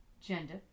gender